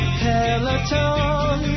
peloton